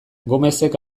gomezek